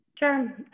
Sure